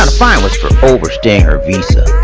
um fine was from over staying her visa